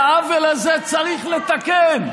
את העוול הזה צריך לתקן,